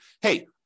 hey